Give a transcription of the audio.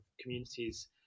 communities